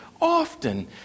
often